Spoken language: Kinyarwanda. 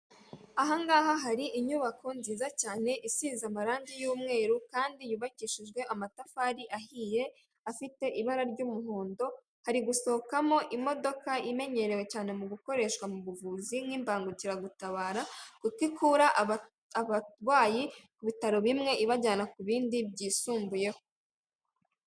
Ahangaha hari inyubako nziza cyane isize amarangi y'umweru kandi yubakishijwe amatafari ahiye afite ibara ry'umuhondo, hari gusohokamo imodoka imenyerewe cyane mu gukoreshwa mu buvuzi nk'imbangukiragutabara, kuko ikura abarwayi ku bitaro bimwe ibajyana ku bindi byisumbuyeho.